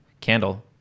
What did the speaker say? candle